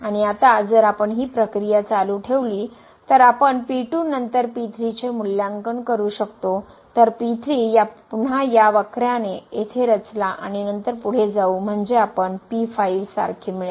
आणि आता जर आपण ही प्रक्रिया चालू ठेवली तर आपण नंतर चे मूल्यांकन करू शकतो तर पुन्हा या वक्र्याने येथे रचला आणि नंतर पुढे जाऊ म्हणजे आपण सारखे मिळेल